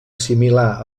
similar